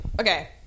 okay